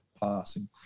passing